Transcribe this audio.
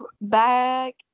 Back